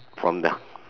from the